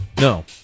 No